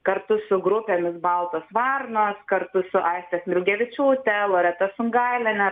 kartu su grupėmis baltos varnos kartu su aiste smilgevičiūte loreta sungailiene